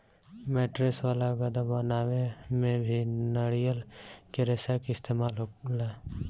mattress वाला गद्दा बनावे में भी नारियल के रेशा के इस्तेमाल होला